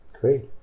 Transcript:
Great